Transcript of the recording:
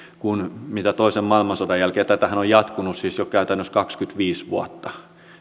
kuin toisen maailmansodan jälkeen tätähän on jatkunut siis käytännössä jo kaksikymmentäviisi vuotta